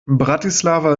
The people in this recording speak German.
bratislava